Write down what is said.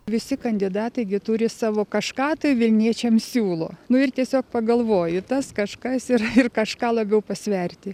visi kandidatai gi turi savo kažką tai vilniečiam siūlo nu ir tiesiog pagalvoji tas kažkas ir kažką labiau pasverti